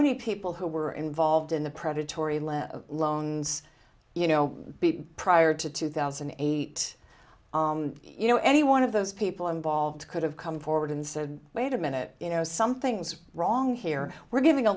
many people who were involved in the predatory lending loans you know prior to two thousand and eight you know any one of those people involved could have come forward and said wait a minute you know something's wrong here we're giving a